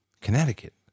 Connecticut